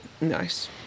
Nice